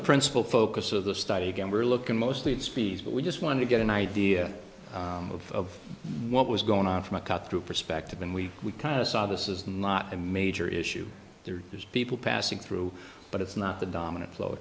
the principal focus of the study again we're looking mostly at speeds but we just wanted to get an idea of what was going on from a cut through perspective and we we kind of saw this is not a major issue there are just people passing through but it's not the dominant flow